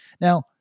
Now